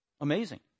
Amazing